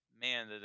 man